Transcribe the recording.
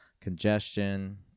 congestion